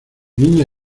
niña